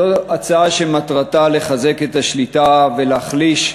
זו הצעה שמטרתה לחזק את השליטה ולהחליש,